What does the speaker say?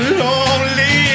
lonely